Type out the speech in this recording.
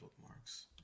bookmarks